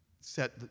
set